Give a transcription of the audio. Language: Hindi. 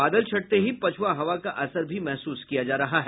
बादल छटते ही पछ्वा हवा का असर भी महसूस किया जा रहा है